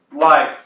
life